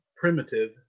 primitive